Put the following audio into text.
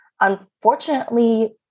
unfortunately